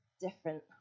different